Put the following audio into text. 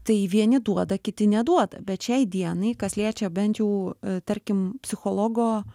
tai vieni duoda kiti neduoda bet šiai dienai kas liečia bent jau tarkim psichologo